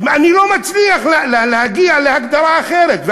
אני לא מצליח להגיע להגדרה אחרת,